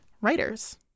writers